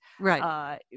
Right